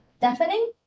deafening